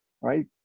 right